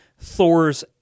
Thor's